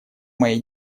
моей